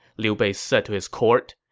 liu bei said to his court.